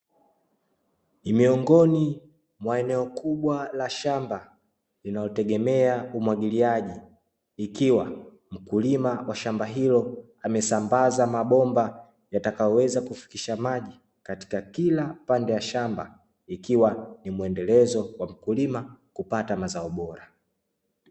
Ni miongo wa eneo kubwa la shamba linalotegemea umwagiliaji, ikiwa mkulima wa shamba hilo amesambaza mabomba yatakayoweza kufikisha maji katika kila pande ya shamba, ikiwa ni mwendelezo wa mkulima kupata mazao bora.